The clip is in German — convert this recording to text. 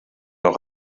noch